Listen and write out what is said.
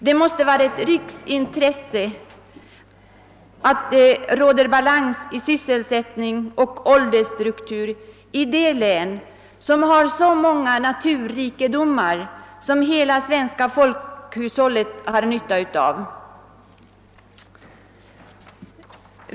Det måste vara ett riksintresse att det råder balans i sysselsättning och åldersstruktur i detta län med dess stora naturrikedomar, som hela det svenska folkhushållet har nytta av.